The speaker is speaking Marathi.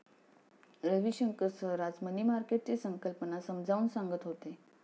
रविशंकर सर आज मनी मार्केटची संकल्पना समजावून सांगत होते